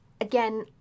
again